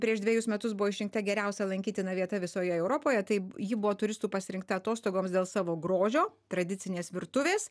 prieš dvejus metus buvo išrinkta geriausia lankytina vieta visoje europoje taip ji buvo turistų pasirinkta atostogoms dėl savo grožio tradicinės virtuvės